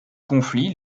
conflit